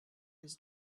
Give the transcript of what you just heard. his